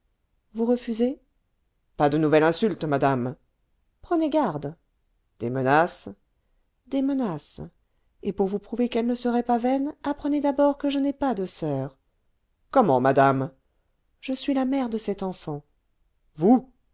vous refusez pas de nouvelle insulte madame prenez garde des menaces des menaces et pour vous prouver qu'elles ne seraient pas vaines apprenez d'abord que je n'ai pas de soeur comment madame je suis la mère de cet enfant vous